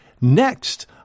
next